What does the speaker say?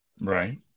Right